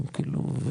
כאילו,